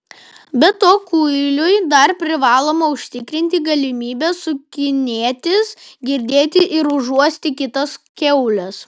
be to kuiliui dar privaloma užtikrinti galimybę sukinėtis girdėti ir užuosti kitas kiaules